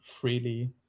freely